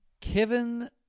Kevin